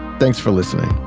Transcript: thanks for listening.